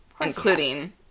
including